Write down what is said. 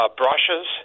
brushes